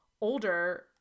older